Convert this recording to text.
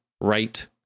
right